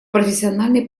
профессиональной